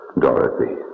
Dorothy